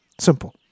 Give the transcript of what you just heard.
Simple